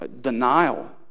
Denial